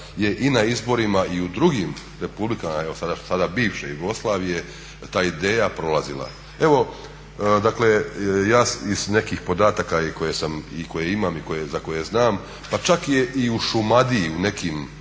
je i na izborima i u drugim republikama, evo sada bivše Jugoslavije ta ideja prolazila. Evo dakle ja iz nekih podataka i koje ima i za koje znam, pa čak je i u Šumadiji u nekim